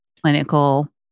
clinical